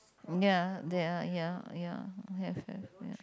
ya there are ya ya have have have